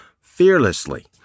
fearlessly